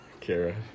Kara